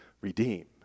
Redeem